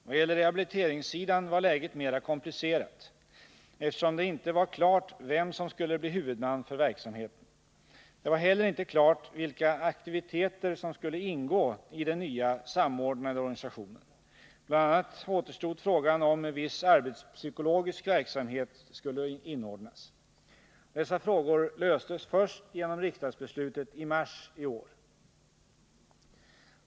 Vad gäller rehabiliteringssidan var Fredagen den läget mera komplicerat, eftersom det inte var klart vem som skulle bli 30 november 1979 huvudman för verksamheten. Det var heller inte klart vilka aktiviteter som skulle ingå i den nya samordnade organisationen. Bl. a. återstod frågan om viss arbetspsykologisk verksamhet skulle inordnas. Dessa frågor löstes först genom riksdagsbeslutet i mars i år.